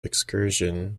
excursion